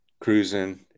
Cruising